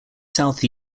south